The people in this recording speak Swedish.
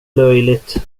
löjligt